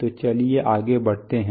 तो चलिए आगे बढ़ते हैं